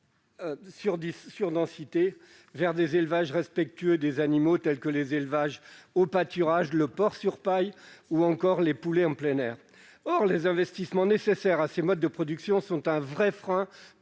surdensité -vers des élevages respectueux des animaux, tels que les élevages au pâturage, le porc sur paille ou encore les poulets en plein air. Les investissements nécessaires à ces modes de production sont un vrai frein